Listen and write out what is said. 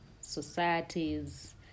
societies